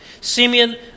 Simeon